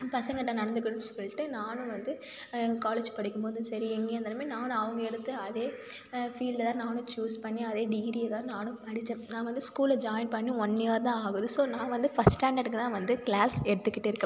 பசங்கள்ட்ட நடந்துக்கணும்னு சொல்லிட்டு நானும் வந்து காலேஜ் படிக்கும் போதும் சரி எங்கே இருந்தாலுமே நானும் அவங்க எடுத்த அதே ஃபீல்டை தான் நானும் சூஸ் பண்ணி அதே டிகிரியை தான் நானும் படிச்சேன் நான் வந்து ஸ்கூலில் ஜாயின் பண்ணி ஒன் இயர் தான் ஆகுது ஸோ நான் வந்து ஃபர்ஸ்ட் ஸ்டாண்டர்டுக்கு தான் வந்து கிளாஸ் எடுத்துக்கிட்டு இருக்கேன்